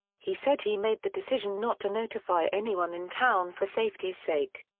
he said he made the decision not to notify anyone in town for safety's sake.